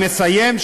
אני מסיים.